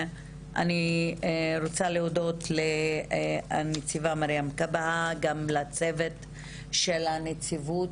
אני רוצה להודות לנציבה מרים כבהא וגם לצוות של הנציבות